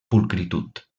pulcritud